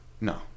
No